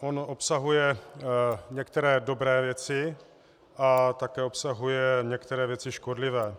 On obsahuje některé dobré věci a také obsahuje některé věci škodlivé.